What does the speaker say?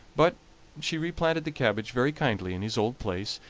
but she replanted the cabbage very kindly in his old place,